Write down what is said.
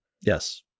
Yes